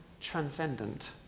transcendent